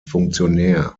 funktionär